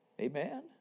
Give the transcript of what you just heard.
Amen